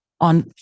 On